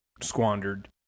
squandered